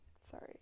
Sorry